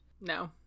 no